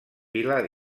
pilar